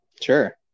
sure